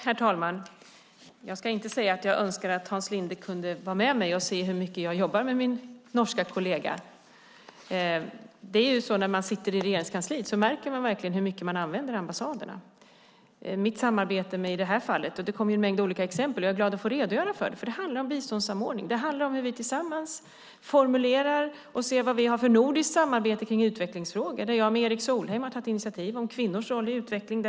Herr talman! Jag ska inte säga att jag önskar att Hans Linde kunde vara med mig och se hur mycket jag jobbar med min norska kollega. När man sitter i Regeringskansliet märker man verkligen hur mycket man använder ambassaderna. Det kom en mängd olika exempel, och jag är glad att få redogöra för detta, för det handlar om biståndssamordning. Det handlar om hur vi tillsammans formulerar och ser vad vi har för nordiskt samarbete i utvecklingsfrågor. Jag och Erik Solheim har tagit initiativ om kvinnors roll i utveckling.